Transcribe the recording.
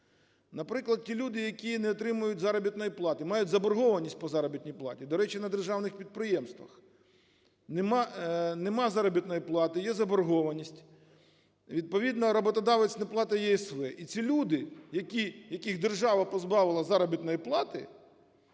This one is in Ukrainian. Наприклад, ті люди, які не отримують заробітної плати, мають заборгованість по заробітній платі, до речі, на державних підприємствах. Нема заробітної плати, є заборгованість, відповідно, роботодавець не платить ЄСВ. І ці люди, яких держава позбавила заробітної плати,